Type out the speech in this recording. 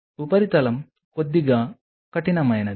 ఉపరితలం కొద్దిగా కఠినమైనది